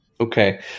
Okay